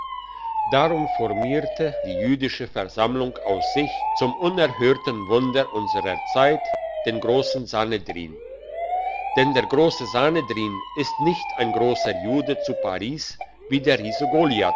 darum formierte die jüdische versammlung aus sich zum unerhörten wunder unsrer zeit den grossen sanhedrin denn der grosse sanhedrin ist nicht ein grosser jude zu paris wie der